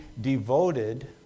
devoted